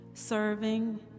serving